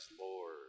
Lord